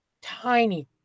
tiny